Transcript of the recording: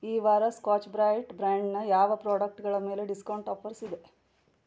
ಈ ವಾರ Scotch Brite ಬ್ರ್ಯಾಂಡ್ನ ಯಾವ ಪ್ರಾಡಕ್ಟ್ಗಳ ಮೇಲೆ ಡಿಸ್ಕೌಂಟ್ ಆಫರ್ಸ್ ಇದೆ